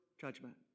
judgment